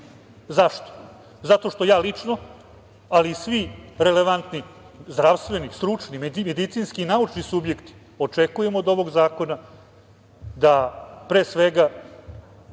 Zašto? Zato što ja lično, ali i svi relevantni, zdravstveni, stručni, medicinski i naučni subjekti očekujemo od ovog zakona da, pre svega,